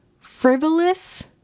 Frivolous